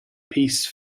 piece